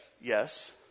yes